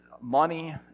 money